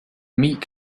meek